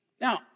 Now